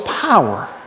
power